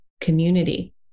community